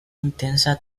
intensa